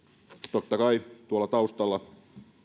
totta kai tuolla taustalla